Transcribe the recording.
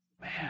man